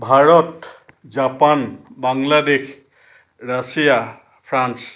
Bharat Japan Bangladesh Russia France